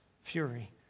fury